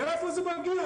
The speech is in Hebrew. מאיפה זה מגיע?